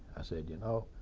i said, you know,